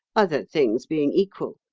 other things being equal,